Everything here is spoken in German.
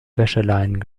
wäscheleinen